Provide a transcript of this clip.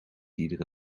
iedere